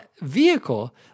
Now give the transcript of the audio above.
Vehicle